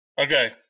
Okay